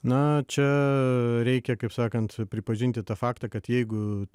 na čia reikia kaip sakant pripažinti tą faktą kad jeigu